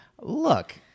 Look